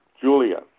Julia